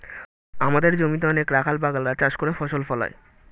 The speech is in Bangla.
আমাদের জমিতে অনেক রাখাল বাগাল রা চাষ করে ফসল ফলায়